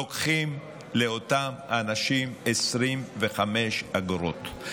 לוקחים לאותם אנשים 25 אגורות.